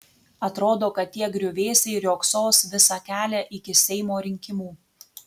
atrodo kad tie griuvėsiai riogsos visą kelią iki seimo rinkimų